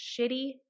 shitty